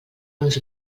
uns